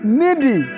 needy